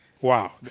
Wow